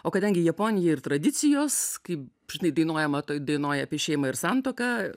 o kadangi japonija ir tradicijos kaip žinai dainuojama toj dainoj apie šeimą ir santuoką